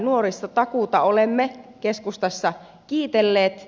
nuorisotakuuta olemme keskustassa kiitelleet